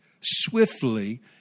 swiftly